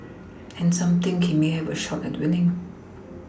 and some think he may have a shot at winning